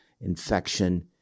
infection